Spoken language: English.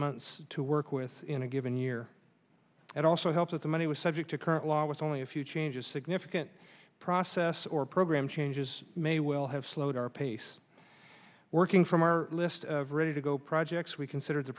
months to work with in a given year it also helps with the money was subject to current law was only a few changes significant process or program changes may well have slowed our pace working from our list of ready to go projects we consider the